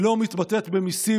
היא לא מתבטאת במיסים.